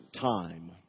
time